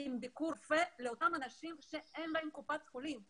עם "ביקור רופא" לאותם אנשים שאינם שייכים לקופת חולים כלשהי.